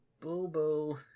Bobo